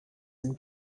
and